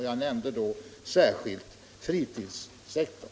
Jag nämnde då särskilt fritidssektorn.